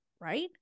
Right